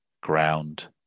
ground